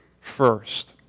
first